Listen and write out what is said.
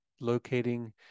locating